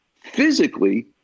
physically